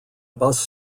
bus